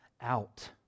out